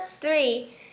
three